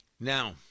Now